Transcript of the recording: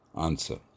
Answer